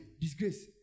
disgrace